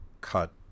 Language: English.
cut